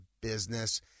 business